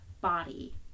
body